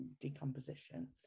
decomposition